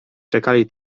czekali